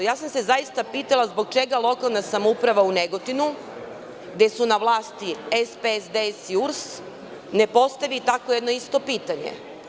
Zaista sam se pitala zbog čega lokalna samouprava u Negotinu, gde su na vlasti SPS, DS i URS ne postavi takvo jedno isto pitanje.